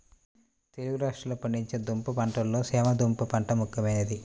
తెలుగు రాష్ట్రాలలో పండించే దుంప పంటలలో చేమ దుంప పంట ముఖ్యమైనది